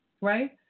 Right